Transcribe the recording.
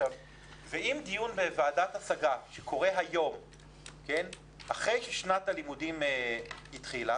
אם דיון בוועדת השגה שקורה היום אחרי ששנת הלימודים התחילה